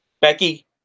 Becky